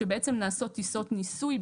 שבעצם נעשות טיסות ניסוי,